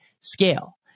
scale